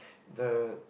the